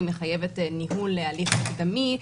היא מחייבת ניהול הליך מקדמי,